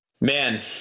man